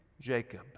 Jacob